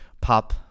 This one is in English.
pop